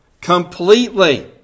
completely